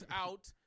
out